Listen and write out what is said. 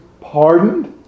pardoned